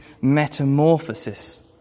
metamorphosis